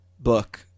book